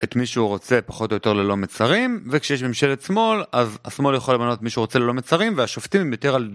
את מישהו רוצה פחות או יותר ללא מצרים וכשיש ממשלת שמאל אז השמאל יכול לבנות מישהו רוצה ללא מצרים והשופטים הם יותר על דרך.